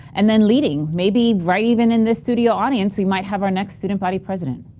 and then leading, maybe right even in the studio audience we might have our next student body president.